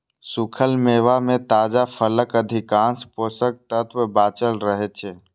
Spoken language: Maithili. सूखल मेवा मे ताजा फलक अधिकांश पोषक तत्व बांचल रहै छै